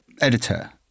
editor